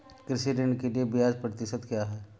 कृषि ऋण के लिए ब्याज प्रतिशत क्या है?